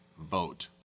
vote